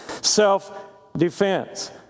self-defense